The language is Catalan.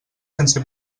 sense